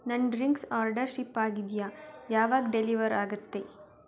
ನನ್ನ drinks order ship ಆಗಿದೆಯಾ ಯಾವಾಗ ಡೆಲಿವರ್ ಆಗುತ್ತೆ